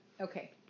Okay